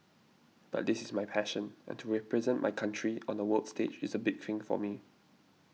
but this is my passion and to represent my country on the world stage is a big thing for me